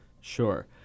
Sure